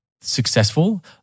successful